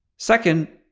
second,